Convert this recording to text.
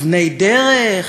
אבני דרך,